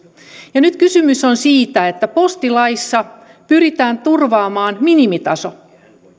ja nyt kysymys on siitä että postilaissa pyritään turvaamaan minimitaso